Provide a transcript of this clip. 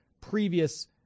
previous